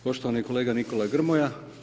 Poštovani kolega Nikola Grmoja.